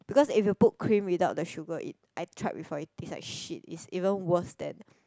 because if you put cream without the sugar it I tried before it taste like shit it's even worse than